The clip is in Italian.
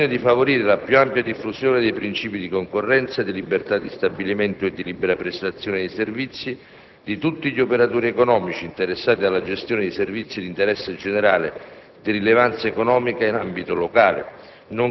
al fine di favorire la più ampia diffusione dei princìpi di concorrenza, di libertà di stabilimento e di libera prestazione dei servizi di tutti gli operatori economici interessati alla gestione di servizi di interesse generale di rilevanza economica in ambito locale,